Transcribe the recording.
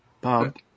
Bob